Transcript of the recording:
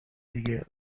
دیگه